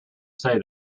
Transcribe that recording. say